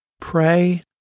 pray